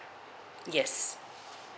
yes